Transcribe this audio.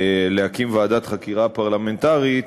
להקים ועדת חקירה פרלמנטרית,